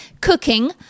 cooking